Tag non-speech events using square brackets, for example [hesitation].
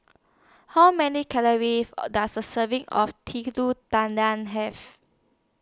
How Many Calories [hesitation] Does A Serving of Telur Tan Tan Have